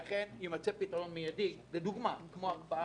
אכן יימצא פתרון כמו הקפאה.